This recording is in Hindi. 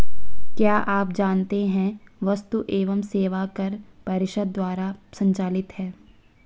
क्या आप जानते है वस्तु एवं सेवा कर परिषद द्वारा संचालित है?